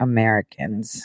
Americans